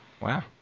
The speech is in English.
Wow